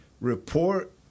report